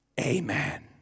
Amen